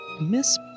Miss